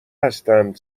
هستند